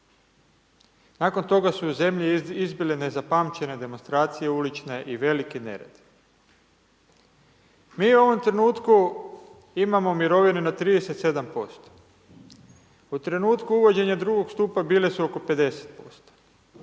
Nakon toga su u zemlji izbile nezapamćene demonstracije ulične i veliki nered. Mi u ovom trenutku imamo mirovine na 37%. U trenutku uvođenja drugog stupa bile su oko 50%.